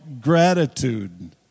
Gratitude